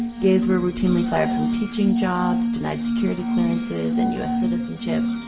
gays were routinely fired from teaching jobs, denied security clearances and us citizenship.